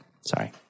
Sorry